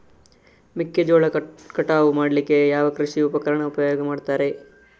ಮೆಕ್ಕೆಜೋಳ ಕಟಾವು ಮಾಡ್ಲಿಕ್ಕೆ ಯಾವ ಕೃಷಿ ಉಪಕರಣ ಉಪಯೋಗ ಮಾಡ್ತಾರೆ?